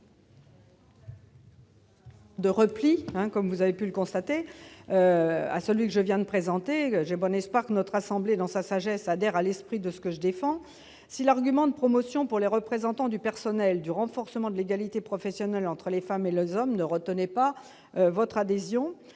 Il s'agit, vous l'aurez constaté, d'un amendement de repli. J'ai bon espoir que notre assemblée, dans sa sagesse, adhère à l'esprit de mes propositions ! Si l'argument de promotion pour les représentants du personnel du renforcement de l'égalité professionnelle entre les femmes et les hommes ne retenait pas votre adhésion,